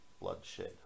bloodshed